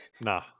Nah